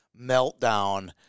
meltdown